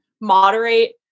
moderate